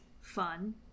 fun